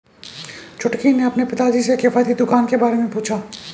छुटकी ने अपने पिताजी से किफायती दुकान के बारे में पूछा